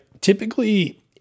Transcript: typically